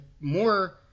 more